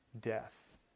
death